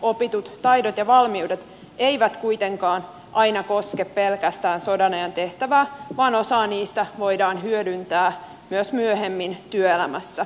opitut taidot ja valmiudet eivät kuitenkaan aina koske pelkästään sodanajan tehtävää vaan osaa niistä voidaan hyödyntää myös myöhemmin työelämässä